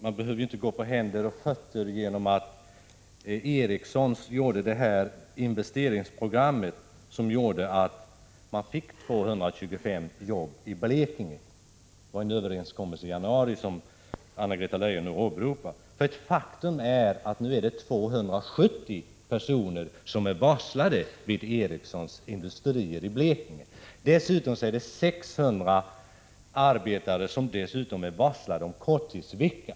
Man behöver ju inte gå på händer och fötter för att Ericsson gjort detta investeringsprogram som gav 225 jobb i Blekinge. Den överenskommelse härom som Anna-Greta Leijon nu åberopar träffades i januari. Faktum är dock att det är 270 personer som är varslade vid Ericssons Prot. 1985/86:126 industrier i Blekinge. Dessutom är 600 arbetare varslade om korttidsvecka.